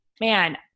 man